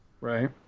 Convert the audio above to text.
Right